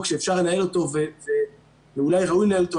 שאפשר לנהל אותו ואולי ראוי לנהל אותו,